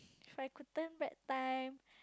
if I could turn back time